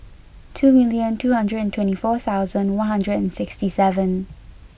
two million two hundred and twenty four thousand one hundred and sixty seven